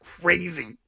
crazy